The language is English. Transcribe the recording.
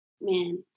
man